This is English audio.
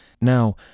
Now